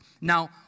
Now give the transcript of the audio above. Now